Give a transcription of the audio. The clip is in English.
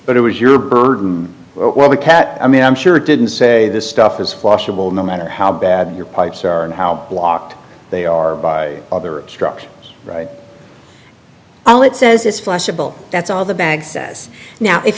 but it was your burden while the cat i mean i'm sure didn't say this stuff is flushable no matter how bad your pipes are and how blocked they are by other structures right all it says is flexible that's all the bag says now if